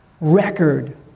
Record